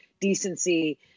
decency